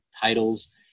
titles